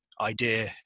idea